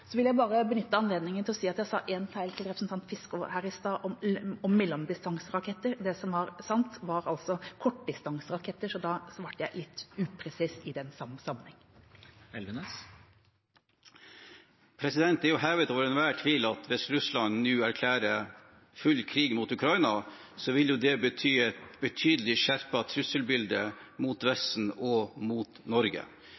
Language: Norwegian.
Så vil jeg bare benytte anledningen til å si at jeg sa feil til representanten Fiskaa i stad da jeg sa mellomdistanseraketter. Det som er sant, er altså kortdistanseraketter, så da svarte jeg litt upresist i den sammenheng. Det er jo hevet over enhver tvil at hvis Russland nå erklærer full krig mot Ukraina, vil det bety et betydelig skjerpet trusselbilde mot